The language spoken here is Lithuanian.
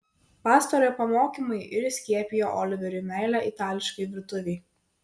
pastarojo pamokymai ir įskiepijo oliveriui meilę itališkai virtuvei